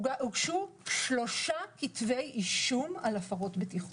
שלושה כתבי אישום על הפרות בטיחות.